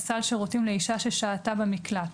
סל שירותים לאישה ששהתה במקלט.